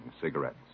cigarettes